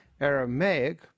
Aramaic